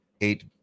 eight